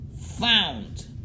found